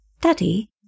Daddy